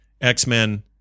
X-Men